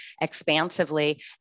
expansively